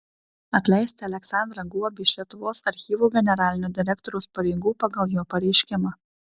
atleisti aleksandrą guobį iš lietuvos archyvų generalinio direktoriaus pareigų pagal jo pareiškimą